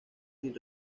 sin